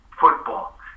football